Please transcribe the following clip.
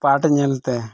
ᱯᱟᱴ ᱧᱮᱞ ᱛᱮ